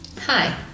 Hi